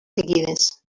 seguides